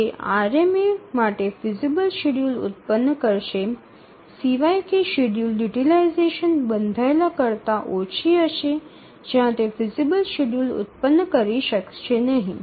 તે આરએમએ માટે feasible schedule ઉત્પન્ન કરશે સિવાય કે શેડ્યૂલ યુટીલાઈઝેશન બંધાયેલા કરતા ઓછી હશે જ્યાં તે ફિઝિબલ શેડ્યૂલ ઉત્પન્ન કરી શકશે નહીં